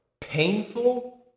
painful